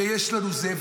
ויש לנו זה,